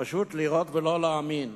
פשוט לראות ולא להאמין.